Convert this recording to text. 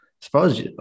suppose